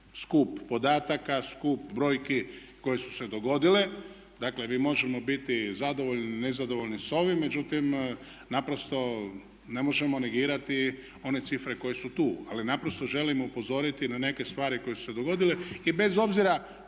skup podataka, skup brojki koje su se dogodile. Dakle mi možemo biti zadovoljni, nezadovoljni s ovim, međutim naprosto ne možemo negirati one cifre koje su tu, ali naprosto želimo upozoriti na neke stvari koje su se dogodile i bez obzira